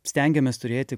stengiamės turėti